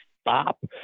stop